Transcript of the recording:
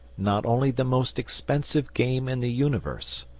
not only the most expensive game in the universe,